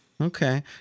Okay